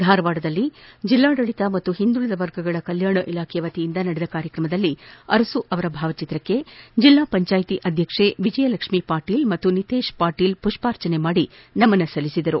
ಧಾರವಾಡದಲ್ಲಿ ಜಿಲ್ಲಾಡಳಿತ ಮತ್ತು ಹಿಂದುಳಿದ ವರ್ಗಗಳ ಕಲ್ಕಾಣ ಇಲಾಖೆ ವತಿಯಿಂದ ನಡೆದ ಕಾರ್ಯತ್ರಮದಲ್ಲಿ ಅರಸು ಅವರ ಭಾವಚಿತ್ರಕ್ಕೆ ಜಿಲ್ಲಾಪಂಚಾಯಿತಿ ಅಧ್ಯಕ್ಷೆ ವಿಜಯಲಕ್ಷ್ಮಿ ಪಾಟೀಲ್ ಮತ್ತು ನಿತೇಶ್ ಪಾಟೀಲ್ ಪುಷ್ಪಾರ್ಚನೆ ಮಾಡಿ ನಮನ ಸಲ್ಲಿಸಿದರು